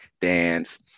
dance